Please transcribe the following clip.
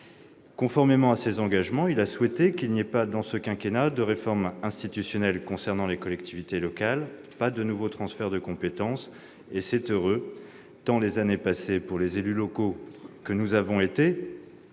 Conformément à ses engagements, il a souhaité qu'il n'y ait dans ce quinquennat ni réforme institutionnelle concernant les collectivités locales ni nouveaux transferts de compétences. Et c'est heureux : pour les élus locaux que nous avons été,